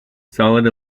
solid